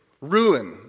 ruin